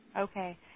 Okay